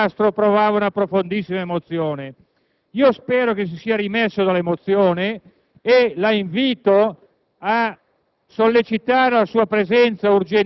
disse che ascoltando Fidel Castro provava una fortissima emozione. Spero che si sia rimesso da quell'emozione e la invito a